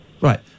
Right